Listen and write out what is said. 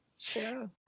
Sure